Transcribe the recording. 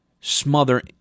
smother